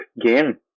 Game